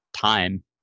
time